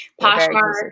Poshmark